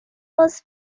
was